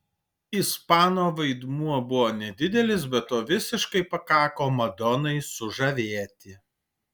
ispano vaidmuo buvo nedidelis bet to visiškai pakako madonai sužavėti